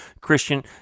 Christian